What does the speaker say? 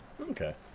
Okay